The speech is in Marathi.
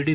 डी